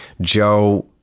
joe